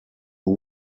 who